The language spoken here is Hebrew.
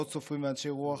מאות סופרים ואנשי רוח